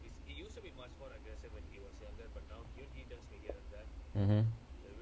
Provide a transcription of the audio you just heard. mmhmm